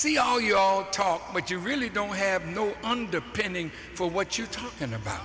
see all you all talk but you really don't have no underpinning for what you're talking about